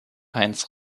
heinz